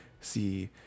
see